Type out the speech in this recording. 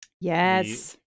Yes